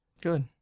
Good